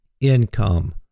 income